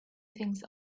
things